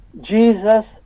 jesus